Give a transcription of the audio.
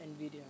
Nvidia